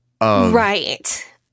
right